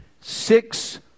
Six